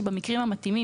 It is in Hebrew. שבמקרים המתאימים,